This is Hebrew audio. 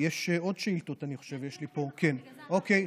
אני חושב שיש לי פה עוד שאילתות.